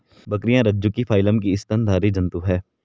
बकरियाँ रज्जुकी फाइलम की स्तनधारी जन्तु है